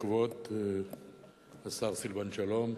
כבוד השר סילבן שלום,